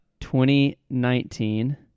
2019